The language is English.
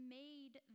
made